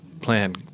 plan